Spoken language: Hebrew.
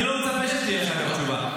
אני לא מצפה שתהיה לכם תשובה.